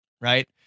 right